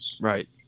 Right